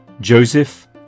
Joseph